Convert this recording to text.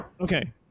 Okay